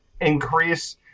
increase